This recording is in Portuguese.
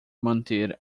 manter